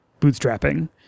bootstrapping